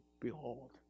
behold